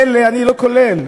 אלה אני לא כולל.